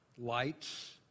lights